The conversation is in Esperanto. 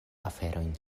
aferojn